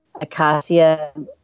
Acacia